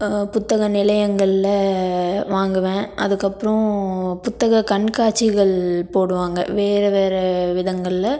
புத்தக நிலையங்களில் வாங்குவேன் அதுக்கப்புறம் புத்தக கண்காட்சிகள் போடுவாங்க வேறு வேறு விதங்களில்